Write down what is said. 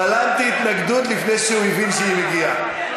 בלמתי התנגדות לפני שהוא הבין שהיא הגיעה.